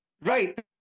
Right